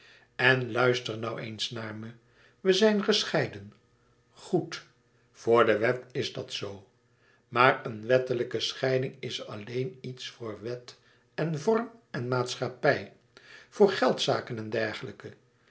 en luister nou eens naar me we zijn gescheiden goed voor de wet is dat zoo maar een wettelijke scheiding is alleen iets voor wet en vorm en maatschappij voor geldzaken en dergelijke